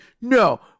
no